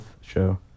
show